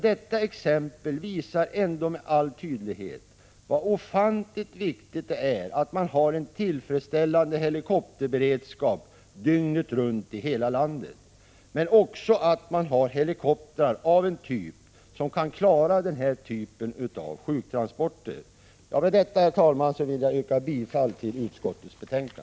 Detta exempel visar ändå med all tydlighet hur ofantligt viktigt det är att man har en tillfredsställande helikopterberedskap dygnet runt i hela landet, men också att man har helikoptrar av en typ som kan klara sådana sjuktransporter. Med detta, herr talman, vill jag yrka bifall till utskottets hemställan.